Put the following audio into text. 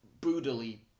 brutally